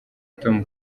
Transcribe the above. tom